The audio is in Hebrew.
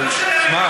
שביתה,